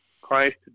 Christ